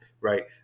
right